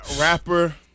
Rapper